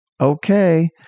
okay